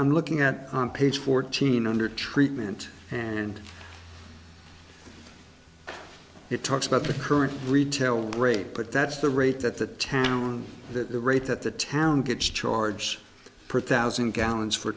i'm looking at on page fourteen undertreatment and it talks about the current retail rate but that's the rate that the town that the rate that the town gets charged per thousand gallons for